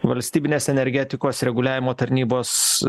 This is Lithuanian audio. valstybinės energetikos reguliavimo tarnybos